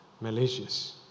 malicious